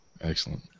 Excellent